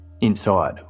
Inside